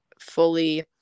fully